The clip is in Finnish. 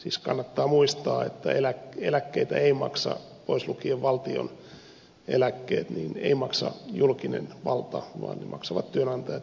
siis kannattaa muistaa että eläkkeitä ei maksa pois lukien valtion eläkkeet julkinen valta vaan ne maksavat työnantajat ja työntekijät